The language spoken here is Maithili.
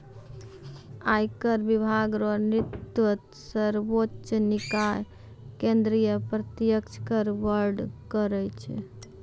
आयकर विभाग रो नेतृत्व सर्वोच्च निकाय केंद्रीय प्रत्यक्ष कर बोर्ड करै छै